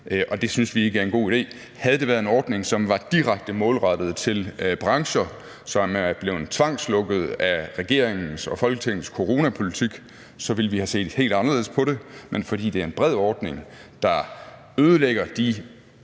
og det synes vi ikke er en god idé. Havde det været en ordning, som var direkte målrettet brancher, som er blevet tvangslukkede af regeringens og Folketingets coronapolitik, så ville vi have set helt anderledes på det, men fordi det er en bred ordning, der ødelægger de